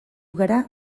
gara